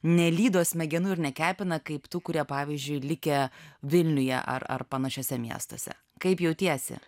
nelydo smegenų ir nekepina kaip tų kurie pavyzdžiui likę vilniuje ar ar panašiuose miestuose kaip jautiesi